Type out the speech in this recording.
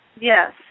Yes